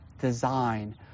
design